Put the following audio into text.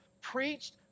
preached